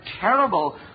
terrible